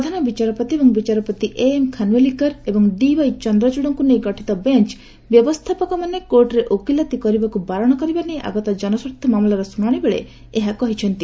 ପ୍ରଧାନବିଚାରପତି ଏବଂ ବିଚାରପତି ଏଏମ୍ ଖାନ୍ୱିଲକର ଏବଂ ଡିୱାଇ ଚନ୍ଦ୍ରଚୂଡକୁ ନେଇ ଗଠିତ ବେଞ୍ଚ ବ୍ୟବସ୍ଥାପକମାନେ କୋର୍ଟରେ ଓକିଲାଜି କରିବାକୁ ବାରଣ କରିବା ନେଇ ଆଗତ ଜନସ୍ୱାର୍ଥ ମାମଲାର ଶୁଣାଶିବେଳେ ଏହା କହିଛନ୍ତି